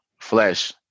flesh